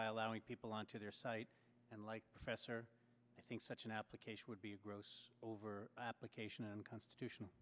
by allowing people onto their site and like professor i think such an application would be a gross over application and constitution